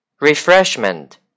refreshment